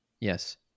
Yes